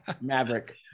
Maverick